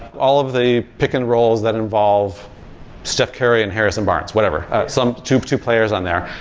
all of the pick-and-rolls that involve steph curry and harrison barnes, whatever, some to two players on there.